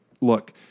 look